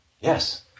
Yes